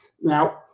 Now